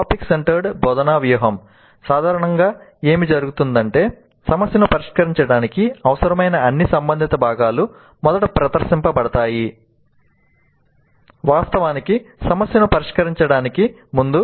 topic centred బోధనా వ్యూహంలో సాధారణంగా ఏమి జరుగుతుందంటే సమస్యను పరిష్కరించడానికి అవసరమైన అన్ని సంబంధిత భాగాలు మొదట ప్రదర్శించబడతాయి వాస్తవానికి సమస్యను పరిష్కరించడానికి ముందు